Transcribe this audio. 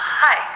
hi